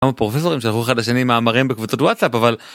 כמה פרופסורים שלחו אחד לשני מאמרים בקבוצות וואטסאפ אבל